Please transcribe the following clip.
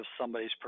somebody's